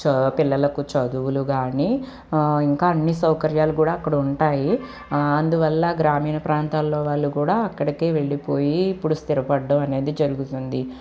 పిల్లలకు చదువులు గాని ఇంకా అన్ని సౌకర్యాలు కూడా అక్కడ ఉంటాయి అందువల్ల గ్రామీణ ప్రాంతాల్లో వాళ్ళు కూడా అక్కడికే వెళ్లిపోయి ఇప్పుడు స్థిర పడడం అనేది జరుగుతుంది